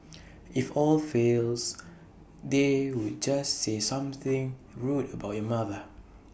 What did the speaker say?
if all fails they would just say something rude about your mother